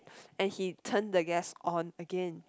and he turn the gas on again